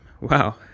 wow